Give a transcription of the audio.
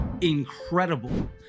Incredible